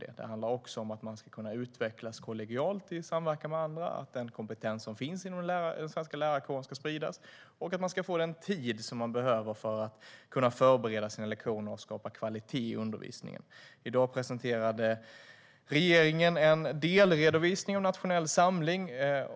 Det handlar också om att man ska kunna utvecklas kollegialt i samverkan med andra, att den kompetens som finns inom den svenska lärarkåren ska spridas och att lärare ska få den tid som de behöver för att kunna förbereda sina lektioner och skapa kvalitet i undervisningen. I dag presenterade regeringen en delredovisning av nationell samling.